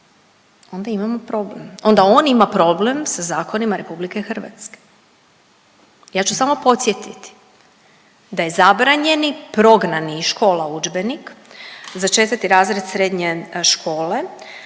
onda imamo problem. Onda on ima problem sa zakonima Republike Hrvatske. Ja ću samo podsjetiti da je zabranjeni, prognan iz škola udžbenik za 4 razred srednje škole